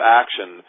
action